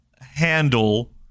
handle